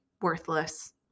worthless